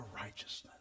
righteousness